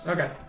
Okay